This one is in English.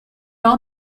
all